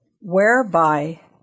whereby